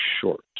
short